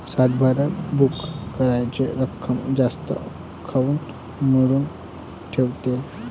सातबाऱ्यावर बँक कराच रक्कम जास्त काऊन मांडून ठेवते?